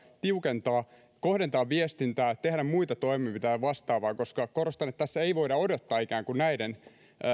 tiukentaa kohdentaa viestintää ja tehdä muita toimenpiteitä ja vastaavaa koska korostan tässä ei voida odottaa näiden